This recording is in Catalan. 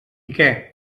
què